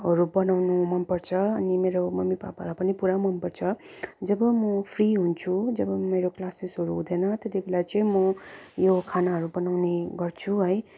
हरू बनाउनु मन पर्छ अनि मेरो मम्मीपापालाई पनि पुरा मन पर्छ जब म फ्री हुन्छु जब मेरो क्लासेसहरू हुँदैन त्यति बोला चाहिँ म यो खानाहरू बनाउने गर्छु है